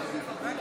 (קוראת